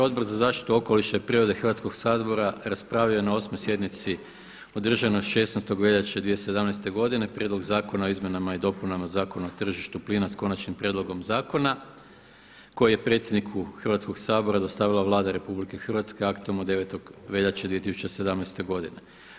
Odbor za zaštitu okoliša i prirode Hrvatskog sabora raspravio je na 8 sjednici održanoj 16. veljače 2017. godine Prijedlog zakona o izmjenama i dopunama Zakona o tržištu plina s konačnim prijedlogom zakona koji je predsjedniku Hrvatskog sabora dostavila Vlada Republike Hrvatske aktom od 9. veljače 2017. godine.